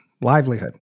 livelihood